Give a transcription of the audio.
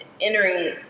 Entering